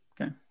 Okay